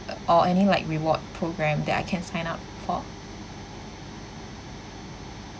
uh or any like reward programme that I can sign up for